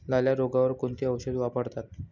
लाल्या रोगावर कोणते औषध वापरतात?